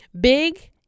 Big